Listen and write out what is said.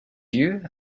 you